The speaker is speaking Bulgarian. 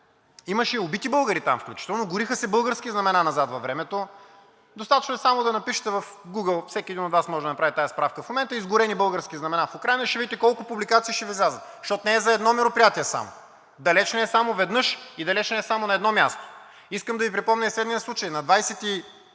имаше и убити българи там, включително гориха се български знамена назад във времето. Достатъчно е само да напишете в Google – всеки един от Вас може да направи тази справка в момента – „изгорени български знамена в Украйна“, и ще видите колко публикации ще Ви излязат, защото не е за едно мероприятие само. Далеч не е само веднъж и далеч не е само на едно място! Искам да Ви припомня и следния случай: на 26